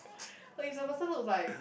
but is the person looks like